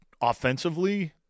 offensively